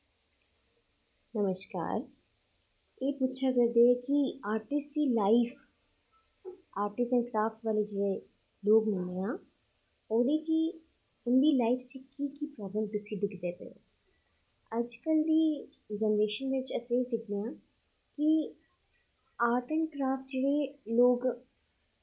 नमस्कार एह् पुच्छेआ गेदा ऐ कि आर्टिस्ट दी लाइफ आर्टिस्ट एंड क्राफ्ट बारे जि'यां ओह्दे च तुं'दी लाइफ च केह् केह् प्रॉब्लमस तुसी दिक्खदे पे ओ अज्ज कल दी जनरेशन बिच अस दिक्खनें आं कि आर्ट एंड क्राफ्ट जेह्ड़े लोग